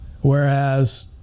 Whereas